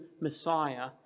Messiah